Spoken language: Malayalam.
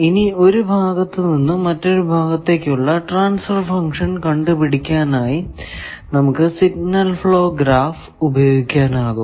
ഇനി ഒരു ഭാഗത്തു നിന്നും മറ്റൊരു ഭാഗത്തേക്ക് ഉള്ള ട്രാൻസ്ഫർ ഫങ്ക്ഷൻ കണ്ടു പിടിക്കാനായി നമുക്ക് സിഗ്നൽ ഫ്ലോ ഗ്രാഫ് ഉപയോഗിക്കാനാകും